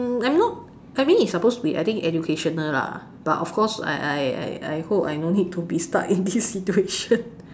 mm I'm not I mean it's supposed to be I think educational lah but of course I I I I hope I no need to be stuck in this situation